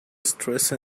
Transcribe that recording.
stressed